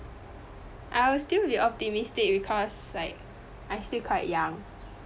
I will still be optimistic because like I still quite young